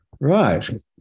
right